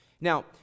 Now